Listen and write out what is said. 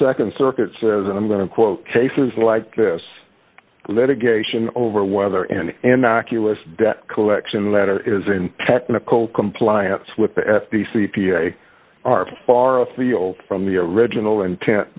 nd circuit says and i'm going to quote cases like this litigation over whether an innocuous debt collection letter is a technical compliance with the f t c p a are far afield from the original intent